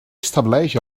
estableix